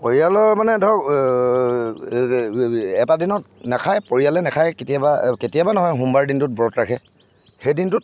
পৰিয়ালৰ মানে ধৰক এটা দিনত নেখাই পৰিয়ালে নেখাই কেতিয়াবা কেতিয়াবা নহয় সোমবাৰে দিনটোত ব্ৰত ৰাখে সেইদিনটোত